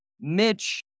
Mitch